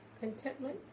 contentment